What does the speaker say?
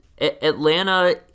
Atlanta